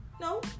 no